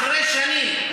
אחרי שנים,